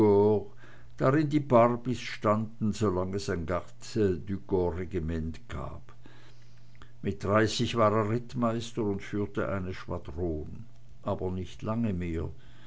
drin die barbys standen solang es ein regiment garde du corps gab mit dreißig war er rittmeister und führte eine schwadron aber nicht lange mehr